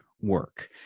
work